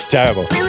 Terrible